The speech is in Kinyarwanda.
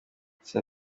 ndetse